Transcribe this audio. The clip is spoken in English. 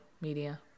media